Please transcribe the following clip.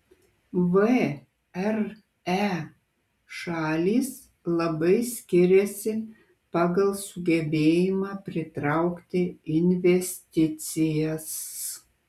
vre šalys labai skiriasi pagal sugebėjimą pritraukti investicijas